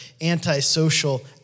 antisocial